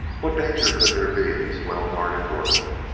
what danger could there be in this well-guarded world?